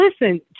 listen